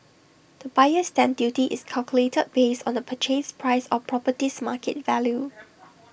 the buyer's stamp duty is calculated based on the purchase price or property's market value